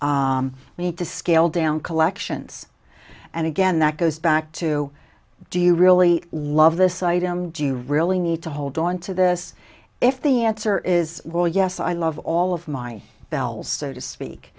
we need to scale down collections and again that goes back to do you really love this item do you really need to hold on to this if the answer is well yes i love all of my bells so to speak